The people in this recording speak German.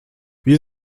wie